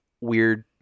weird